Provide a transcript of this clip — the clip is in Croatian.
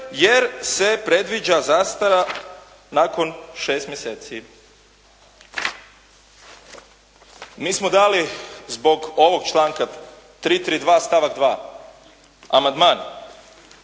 jer se predviđa zastara nakon šest mjeseci. Mi smo dali zbog ovog članka 332. stavak